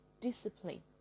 discipline